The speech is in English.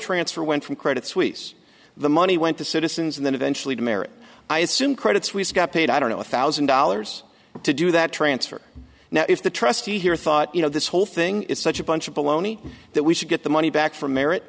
transfer went from credit suisse the money went to citizens and then eventually to marit i assume credit suisse got paid i don't know a thousand dollars to do that transfer now if the trustee here thought you know this whole thing is such a bunch of baloney that we should get the money back from merit